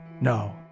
No